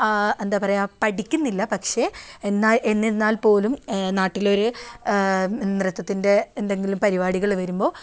ആ എന്താണ് പറയാ പഠിക്കുന്നില്ല പക്ഷേ എന്നാൽ എന്നിരുന്നാൽ പോലും നാട്ടിൽ ഒരു നൃത്തത്തിൻ്റെ എന്തെങ്കിലും പരിപാടികൾ വരുമ്പോൾ